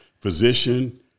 physician